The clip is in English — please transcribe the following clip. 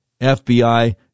FBI